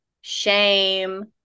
shame